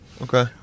Okay